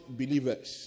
believers